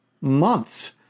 months